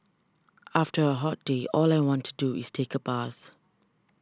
after a hot day all I want to do is take a bath